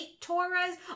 Torres